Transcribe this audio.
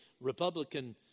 Republican